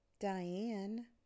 Diane